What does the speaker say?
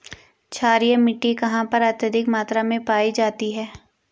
क्षारीय मिट्टी कहां पर अत्यधिक मात्रा में पाई जाती है?